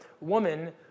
woman